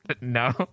No